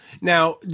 now